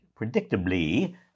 predictably